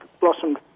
blossomed